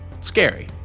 scary